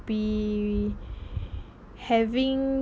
be having